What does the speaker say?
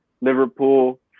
Liverpool